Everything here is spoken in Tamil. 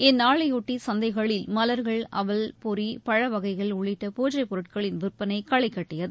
இந்நாளையொட்டி சந்தைகளில் மவர்கள் அவல் பொரி பழவகைகள் உள்ளிட்ட பூஜை பொருட்களின் விற்பனை களைகட்டியது